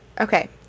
Okay